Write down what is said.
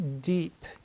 deep